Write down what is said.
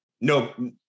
No